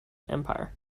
empire